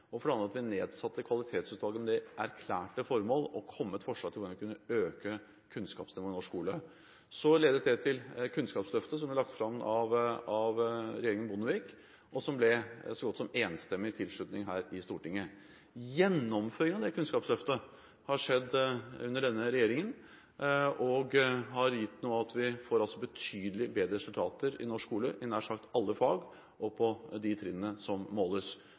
og for det andre at vi nedsatte Kvalitetsutvalget med det erklærte formål å komme med et forslag til hvordan vi kunne øke kunnskapsnivået i norsk skole. Det ledet til Kunnskapsløftet, som ble lagt fram av regjeringen Bondevik, og som fikk så godt som enstemmig tilslutning her i Stortinget. Gjennomføringen av Kunnskapsløftet har skjedd under denne regjeringen og har gjort at vi nå får betydelig bedre resultater i norsk skole i nær sagt alle fag på de trinnene som måles.